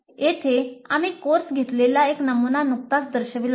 येथे आम्ही कोर्स घेतलेला एक नमुना नुकताच दर्शविला आहे